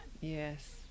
Yes